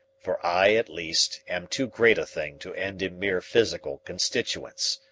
for i, at least, am too great a thing to end in mere physical constituents,